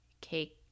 cake